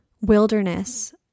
wilderness